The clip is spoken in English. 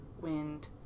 wind